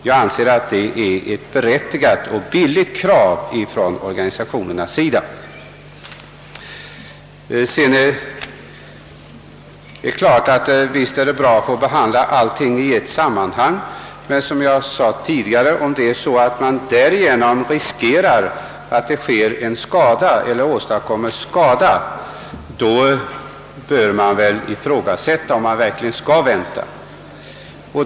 Jag anser att organisationernas krav är berättigade och billiga. Visst är det bra att få behandla allt i ett sammanhang, men om man riskerar att det därigenom åstadkommes skada, bör man överväga om det verkligen är lämpligt att vänta.